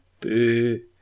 Boo